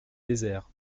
désert